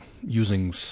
using